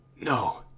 No